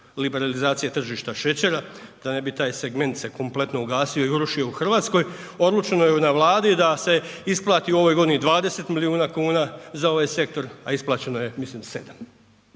liberalizacije tržišta šećera da ne bi taj segment se kompletno ugasio i urušio u RH, odlučeno je na Vladi da se isplati u ovoj godini 20 milijuna kuna za ovaj sektor, a isplaćeno je mislim 7.